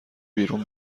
بیرون